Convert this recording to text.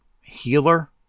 healer